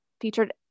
featured